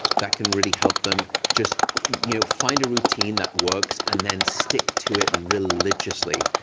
that can really help them. just you know find a routine that works and then stick to it religiously.